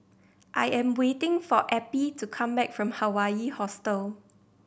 I am waiting for Eppie to come back from Hawaii Hostel